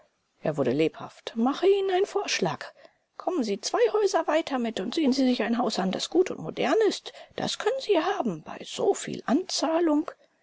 er wurde lebhaft mache ihnen einen vorschlag kommen sie zwei häuser weiter mit und sehen sie sich ein haus an das gut und modern ist das können sie haben bei so viel anzahlung